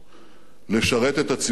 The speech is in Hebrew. לשרת את הציבור כאן,